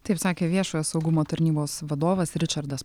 taip sakė viešojo saugumo tarnybos vadovas ričardas